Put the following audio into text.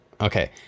Okay